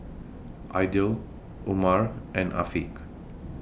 Aidil Umar and Afiq